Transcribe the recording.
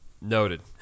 Noted